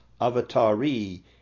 avatari